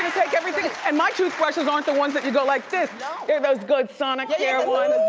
take everything and my toothbrushes aren't the ones that you go like this. they're those good sonicare ones.